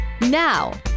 Now